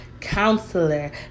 counselor